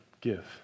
give